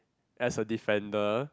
as a defender